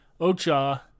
Ocha